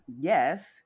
yes